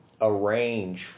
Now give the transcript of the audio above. arrange